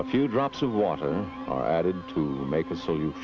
a few drops of water are added to make it so you